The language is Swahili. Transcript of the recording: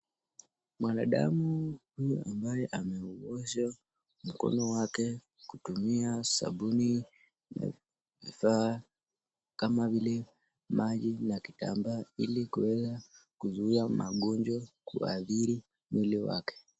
Mwanadamu huyu ambaye anaosha mikono yake kwa vifaa kama vile ;sabuni ,maji na kitambaa hujikinga na maradhi mbalimbali kuadhiri mwili wake.